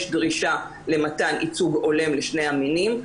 יש דרישה למתן ייצוג הולם לשני המינים.